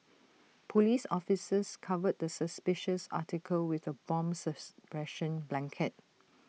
Police officers covered the suspicious article with A bomb suppression blanket